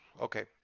Okay